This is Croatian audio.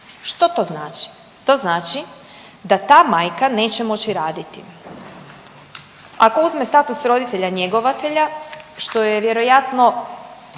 Što to znači? To znači da ta majka neće moći raditi, ako uzme status roditelja njegovatelja, što je vjerojatno